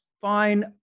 fine